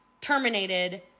terminated